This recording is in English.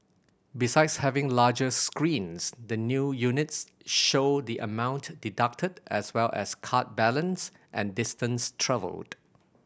besides having larger screens the new units show the amount deducted as well as card balance and distance travelled